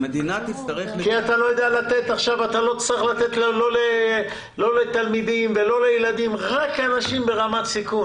לא תוכל לתת לתלמידים ולילדים אלא רק לאנשים ברמת סיכון.